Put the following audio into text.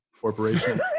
corporation